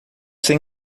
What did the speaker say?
sem